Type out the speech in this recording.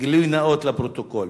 גילוי נאות לפרוטוקול.